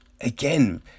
Again